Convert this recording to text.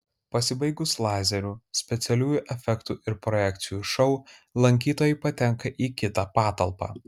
pasibaigus lazerių specialiųjų efektų ir projekcijų šou lankytojai patenka į kitą patalpą